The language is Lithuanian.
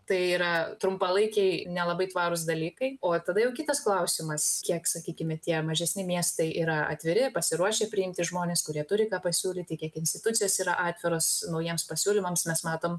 tai yra trumpalaikiai nelabai tvarūs dalykai o tada jau kitas klausimas kiek sakykime tie mažesni miestai yra atviri pasiruošę priimti žmones kurie turi ką pasiūlyti kiek institucijos yra atviros naujiems pasiūlymams mes matom